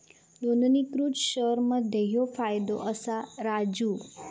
नोंदणीकृत शेअर मध्ये ह्यो फायदो असा राजू